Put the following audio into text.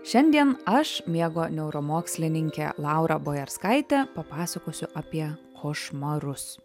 šiandien aš miego neuromokslininkė laura bojerskaitė papasakosiu apie košmarus